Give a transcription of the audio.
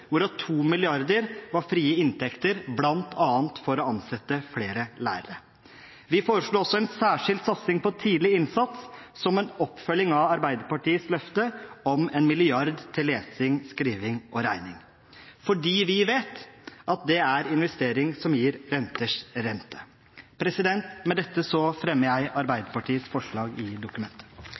hvorav 2 mrd. kr var frie inntekter, bl.a. for å ansette flere lærere. Vi foreslo også en særskilt satsing på tidlig innsats som en oppfølging av Arbeiderpartiets løfte om en milliard til lesing, skriving og regning, fordi vi vet at det er en investering som gir renters rente. Med dette fremmer jeg